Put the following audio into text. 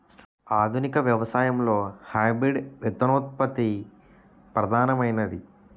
ఆధునిక వ్యవసాయంలో హైబ్రిడ్ విత్తనోత్పత్తి ప్రధానమైనది